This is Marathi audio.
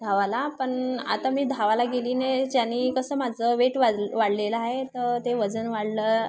धावायला पण आता मी धावायला गेले नाही ज्यानी कसं माझं वेट वाज वाढलेलं आहे तर ते वजन वाढलं